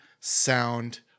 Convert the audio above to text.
sound